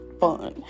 fun